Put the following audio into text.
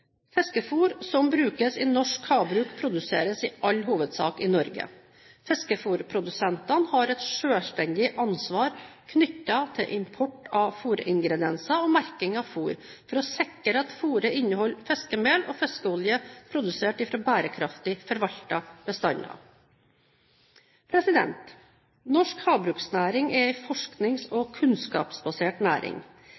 som brukes i norsk havbruk, produseres i all hovedsak i Norge. Fiskefôrprodusentene har et selvstendig ansvar knyttet til import av fôringredienser og merking av fôr for å sikre at fôret inneholder fiskemel og fiskeolje produsert fra bærekraftig forvaltede bestander. Norsk havbruksnæring er en forsknings- og